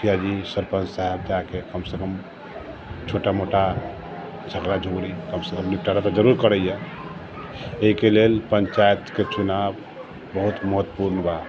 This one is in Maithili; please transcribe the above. मुखिया जी सरपञ्च साहब जाके कम सँ कम छोटा मोटा झगड़ा झूगड़ी कमसँ कम निपटारा तऽ जरूर करैए अइके लेल पञ्चायतके चुनाव बहुत महत्वपूर्ण बा